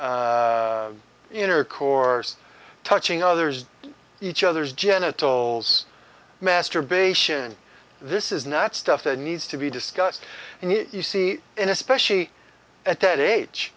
inner core touching others each other's genitals masturbation this is not stuff that needs to be discussed and you see and especially at that age